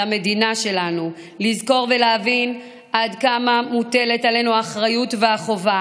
על המדינה שלנו; לזכור ולהבין עד כמה מוטלות עלינו האחריות והחובה